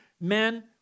men